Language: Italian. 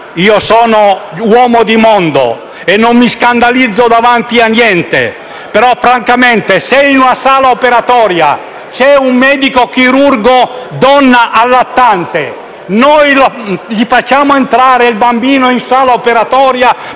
io sono uomo di mondo e non mi scandalizzo davanti a niente, però, francamente, se in una sala operatoria ci fosse un medico chirurgo donna allattante, noi faremmo entrare il bambino in sala operatoria